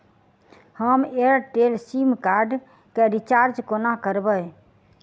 हम Airtel sim card केँ recharge कोना करबै?